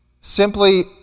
simply